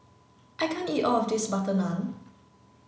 I can't eat all of this butter naan